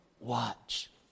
watch